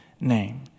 name